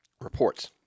reports